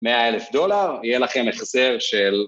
מאה אלף דולר, יהיה לכם החזר של...